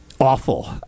awful